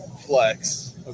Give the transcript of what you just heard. Flex